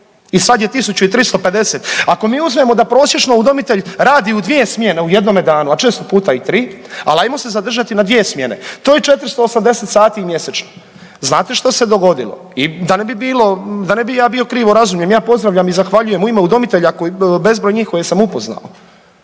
i sad je 1.350. Ako mi uzmemo da prosječno udomitelj radi u dvije smjene u jednome danu, a često puta i tri, ali ajmo se zadržati na dvije smjene to je 480 sati mjesečno. Znate što se dogodilo? I da ne bi ja bio krivo razumijem, ja pozdravljam i zahvaljujem u ime udomitelja bezbroj njih koje sam upoznao,